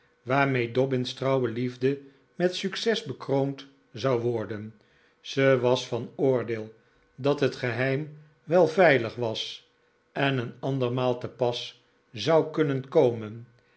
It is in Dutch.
waarmee dobbin's trouwe liefde met p succes bekroond zou worden ze was van oordeel dat het geheim wel veilig p was en een ander maal te pas zou kunnen komen